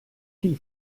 qu’il